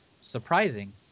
surprising